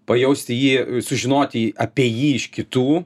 pajausti jį sužinoti apie jį iš kitų